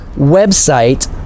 website